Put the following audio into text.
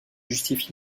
justifie